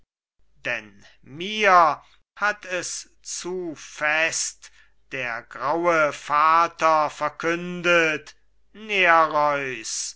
denn mir hat es zu fest der graue vater verkündet